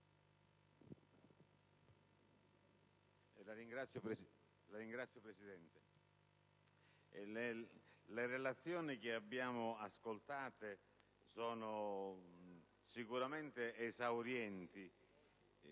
Signor Presidente, le relazioni che abbiamo ascoltato sono sicuramente esaurienti